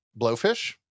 blowfish